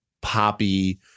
Poppy